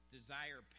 Desire